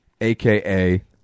aka